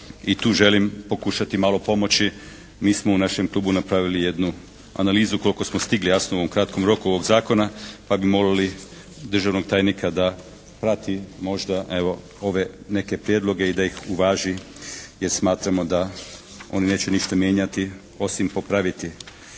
i tu želim pokušati malo pomoći. Mi smo u našem klubu napravili jednu analizu koliko smo stigli jasno u ovom kratkom roku ovog Zakona pa bi molili državnog tajnika da prati možda evo ove neke prijedloge i da ih uvaži jer smatramo da oni neće ništa mijenjati, osim popraviti